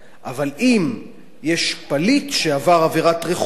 אבל, אם יש פליט שעבר עבירת רכוש,